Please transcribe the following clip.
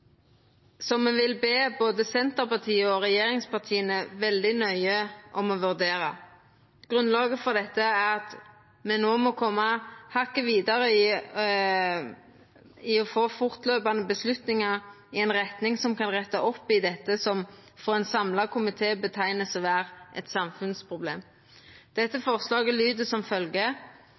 som me vil be både Senterpartiet og regjeringspartia om å vurdera veldig nøye. Grunnlaget for dette er at me no må koma hakket vidare i å få fortløpande avgjerder i ei retning som kan retta opp i det som for ein samla komité vert sett på som eit samfunnsproblem. Forslaget lyder